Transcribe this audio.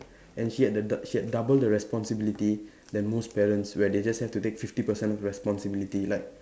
and she had the d she had double the responsibility then most parents where they just have to take fifty percent of the responsibility like